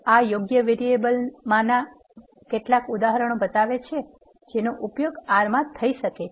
આ યોગ્ય વેરીએબલ નામોનાં કેટલાક ઉદાહરણો બતાવે છે જેનો ઉપયોગ R માં થઈ શકે છે